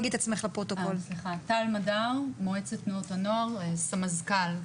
טל מדר, מועצת תנועות הנוער, סמזכ"ל.